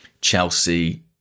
Chelsea